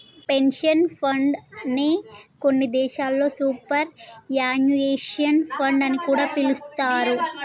pension fund నే కొన్ని దేశాల్లో సూపర్ యాన్యుయేషన్ ఫండ్ అని కూడా పిలుత్తారు